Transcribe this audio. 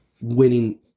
winning